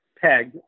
peg